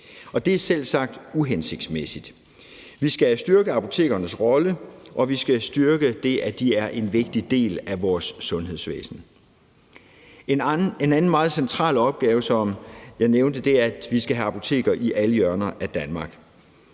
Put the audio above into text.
det er selvsagt uhensigtsmæssigt. Vi skal have styrke apotekernes rolle, og vi skal styrke det, at de er en vigtig del af vores sundhedsvæsen. En anden meget central opgave, som jeg nævnte, er, at vi skal have apoteker i alle hjørner af Danmark.